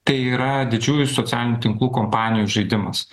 tai yra didžiųjų socialinių tinklų kompanijų žaidimas